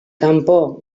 kanpo